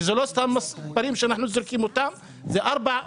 וזה לא סתם מספרים שאנו זורקים אותם זה ארבע,